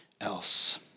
else